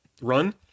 run